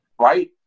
right